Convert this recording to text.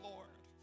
Lord